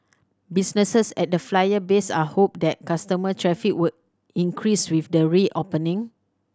businesses at the Flyer's base are hopeful that customer traffic will increase with the reopening